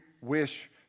wish